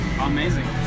Amazing